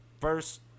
first